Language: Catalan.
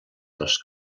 dels